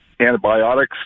antibiotics